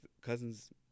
cousins